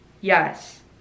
Yes